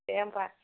दे होमबा